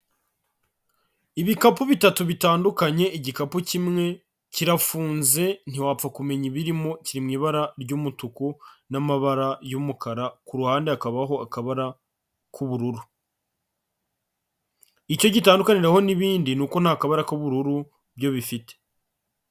Ibikapu bitatu bitandukanye, igikapu kimwe kirafunze ntiwapfa kumenya ibirimo kiri mu ibara ry'umutuku n'amabara y'umukara ku ruhande hakabaho akabara k'ubururu, icyo gitandukaniraho n'ibindi nuko nta kabara k'ubururu bifite.